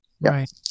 Right